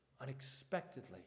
Unexpectedly